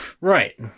Right